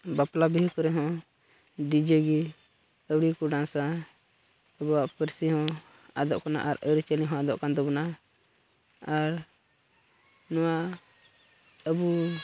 ᱵᱟᱯᱞᱟ ᱵᱤᱦᱟᱹ ᱠᱚᱨᱮᱦᱚᱸ ᱰᱤᱡᱮ ᱜᱮ ᱟᱹᱣᱲᱤ ᱜᱮᱠᱚ ᱰᱮᱱᱥᱼᱟ ᱟᱵᱚᱣᱟᱜ ᱯᱟᱹᱨᱥᱤ ᱦᱚᱸ ᱟᱫᱚᱜ ᱠᱟᱱᱟ ᱟᱨ ᱟᱹᱨᱤᱪᱟᱹᱞᱤ ᱦᱚᱸ ᱟᱫᱚᱜ ᱠᱟᱱ ᱛᱟᱵᱳᱱᱟ ᱟᱨ ᱱᱚᱣᱟ ᱟᱹᱵᱩ